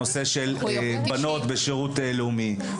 בנות בשירות לאומי,